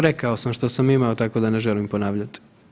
Rekao sam što sam imao, tako da ne želim ponavljat.